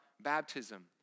baptism